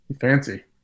Fancy